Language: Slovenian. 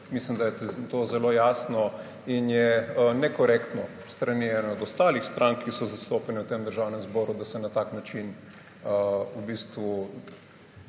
Mislim, da je to zelo jasno. In je nekorektno s strani ene od ostalih strank, ki so zastopane v tem Državnem zboru, da se na tak način v bistvu